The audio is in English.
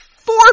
Four